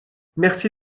merci